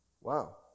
Wow